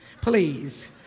please